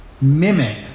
mimic